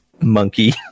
monkey